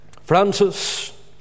Francis